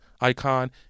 icon